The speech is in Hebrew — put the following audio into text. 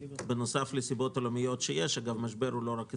בנוסף לסיבות עולמיות שיש אגב המשבר הוא לא רק אצלנו,